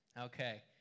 Okay